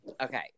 Okay